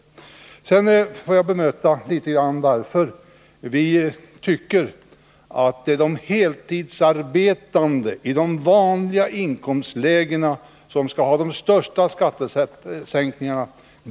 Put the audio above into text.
Jag vill sedan bara tala om litet grand varför vi tycker att det är de heltidsarbetande i de vanliga inkomstlägena som skall ha de största skattesänkningarna.